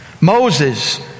Moses